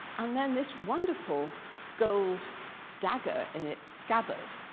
and then this wonderful gold dagger in its scabbard,